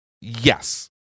Yes